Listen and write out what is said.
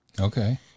Okay